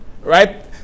right